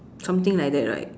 something like that right